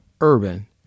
Urban